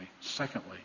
Secondly